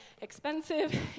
expensive